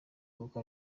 kuko